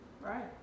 Right